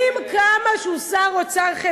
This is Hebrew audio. על מיסוי לא נוח לך לדבר.